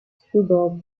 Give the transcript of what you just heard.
screwball